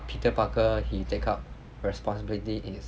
peter parker he take up responsibility is